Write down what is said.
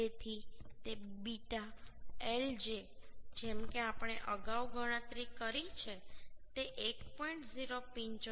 તેથી તે β lj જેમ કે આપણે અગાઉ ગણતરી કરી છે તે 1